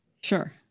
Sure